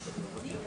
רגע.